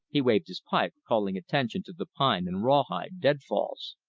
he waved his pipe, calling attention to the pine and rawhide dead-falls.